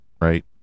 right